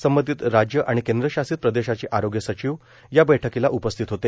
संबंधित राज्य आणि केंद्र शासित प्रदेशाचे आरोग्य सचिव या बैठकीला उपस्थित होते